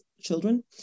children